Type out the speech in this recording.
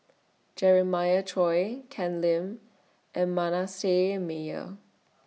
Jeremiah Choy Ken Lim and Manasseh Meyer